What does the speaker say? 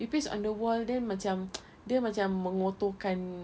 you paste on the wall then macam dia macam mengotorkan